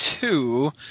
two